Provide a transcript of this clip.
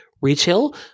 retail